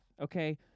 okay